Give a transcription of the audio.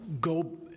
go